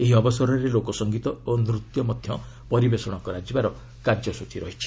ଏହି ଅବସରରେ ଲୋକସଙ୍ଗୀତ ଓ ନୃତ୍ୟ ମଧ୍ୟ ପରିବେଷଣ ହେବାର କାର୍ଯ୍ୟସ୍ରଚୀ ରହିଛି